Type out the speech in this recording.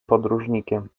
podróżnikiem